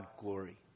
glory